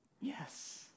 yes